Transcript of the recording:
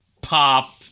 pop